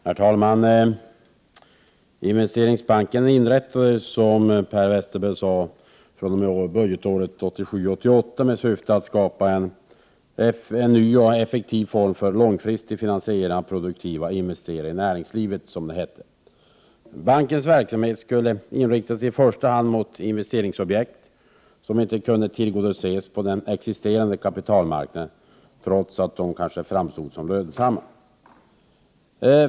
Herr talman! Investeringsbanken inrättades, som Per Westerberg sade, fr.o.m. budgetåret 1967/68 med syfte att skapa en ny och effektiv form för långfristig finansiering av produktiva investeringar i näringslivet, som det hette. Bankens verksamhet skulle inriktas i första hand mot investeringsobjekt som inte kunde tillgodoses på den existerande kapitalmarknaden, trots att de kanske framstod som lönsamma.